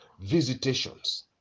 visitations